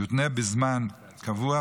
תותנה בזמן קבוע,